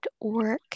work